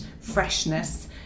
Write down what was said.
freshness